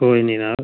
कोई निं जनाब